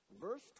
verse